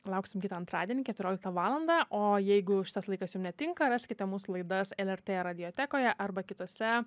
lauksim kitą antradienį keturioliktą valandą o jeigu šitas laikas jums netinka raskite mūsų laidas lrt radiotekoje arba kitose